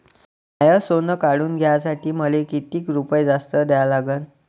माय सोनं काढून घ्यासाठी मले कितीक रुपये जास्त द्या लागन?